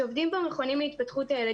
שעובדים במכונים להתפתחות הילד,